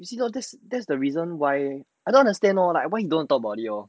you see lor that's that's the reason why I don't understand lor like why he don't want to talk about it lor